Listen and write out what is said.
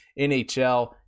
NHL